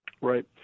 Right